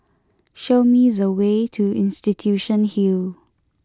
show me the way to Institution Hill